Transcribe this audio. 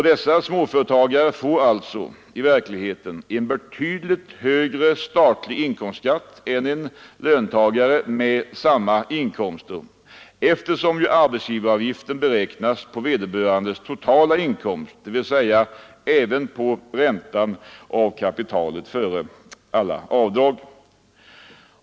Dessa småföretagare får alltså i verkligheten en betydligt högre statlig inkomstskatt än en löntagare med samma inkomst, eftersom arbetsgivaravgiften beräknas på vederbörandes totala inkomst, dvs. även på räntan av kapitalet före alla avdrag.